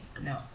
No